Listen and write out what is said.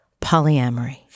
polyamory